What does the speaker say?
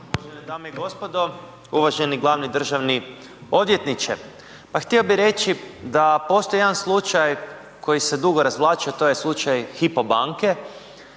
Poštovane dame i gospodo, uvaženi glavni državni odvjetniče, pa htio bih reći da postoji jedan slučaj koji se dugo razvlačio to je slučaj Hypo banke